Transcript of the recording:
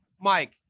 Mike